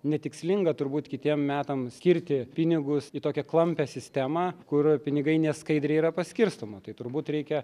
netikslinga turbūt kitiem metam skirti pinigus į tokią klampią sistemą kur pinigai neskaidriai yra paskirstoma tai turbūt reikia